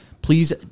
please